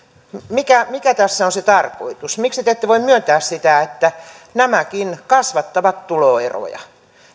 mikä mikä tässä on se tarkoitus miksi te ette voi myöntää sitä että nämäkin kasvattavat tuloeroja